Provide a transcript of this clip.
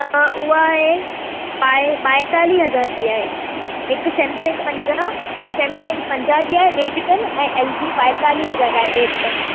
त उहा आहे ॿाए ॿाएतालीह हज़ार जी आहे हिकु सेमसंग पंजाह सेमसंग पंजाह जी आहे ॾेढु टन ऐं एल जी ॿाएतालीह हज़ार आहे ॾेढु टन